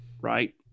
Right